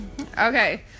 okay